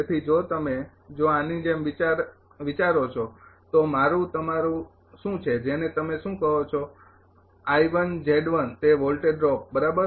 તેથી જો તમે જો આની જેમ વિચારો છો તો મારું તમારું શું છે જેને તમે શું કહો છો કે તે વોલ્ટેજ ડ્રોપ બરાબર